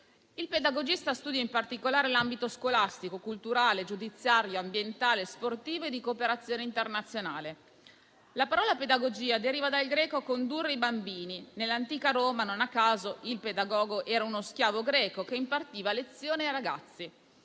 Il pedagogista studia in particolare l'ambito scolastico, culturale, giudiziario, ambientale, sportivo e di cooperazione internazionale. La parola pedagogia deriva dal greco "condurre i bambini". Nell'antica Roma, non a caso, il pedagogo era uno schiavo greco che impartiva lezione ai ragazzi.